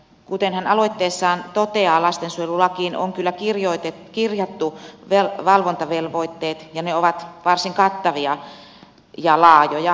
kuten hän aloitteessaan toteaa lastensuojelulakiin on kyllä kirjattu valvontavelvoitteet ja ne ovat varsin kattavia ja laajoja